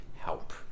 help